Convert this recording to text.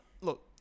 look